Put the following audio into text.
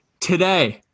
Today